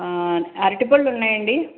అరటి పళ్ళు ఉన్నాయా అండి